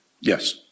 Yes